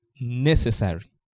necessary